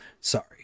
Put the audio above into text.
sorry